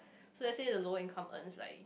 so let's say the lower income earns like